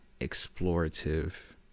explorative